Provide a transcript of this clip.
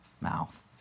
mouth